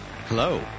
Hello